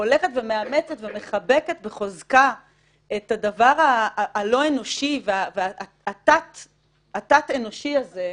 הולכת ומאמצת ומחבקת בחוזקה את הדבר הלא אנושי והתת-אנושי הזה.